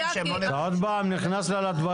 שהם לא נכונים --- אתה עוד פעם נכנס לה לדברים.